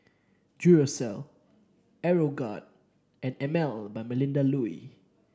Duracell Aeroguard and Emel by Melinda Looi